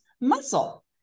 muscle